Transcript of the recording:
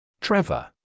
Trevor